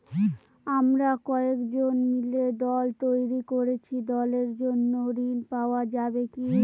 আমরা কয়েকজন মিলে দল তৈরি করেছি দলের জন্য ঋণ পাওয়া যাবে কি?